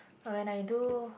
when I do